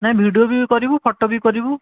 ନାଇଁ ଭିଡ଼ିଓ ବି କରିବୁ ଫଟୋ ବି କରିବୁ